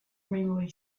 railway